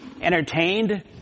entertained